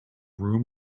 room